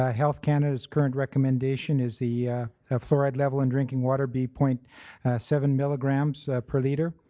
ah health canada's current recommendation is the fluoride level in drinking water be point seven milligrams per litre.